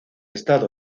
estado